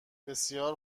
بسیار